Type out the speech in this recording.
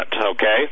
okay